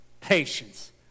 patience